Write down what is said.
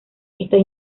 están